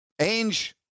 Ainge